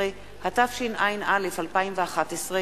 4), התשע"א 2011,